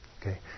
Okay